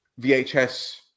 VHS